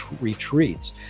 retreats